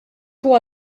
huwa